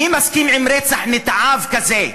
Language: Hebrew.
מי מסכים עם רצח נתעב כזה?